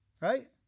Right